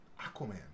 Aquaman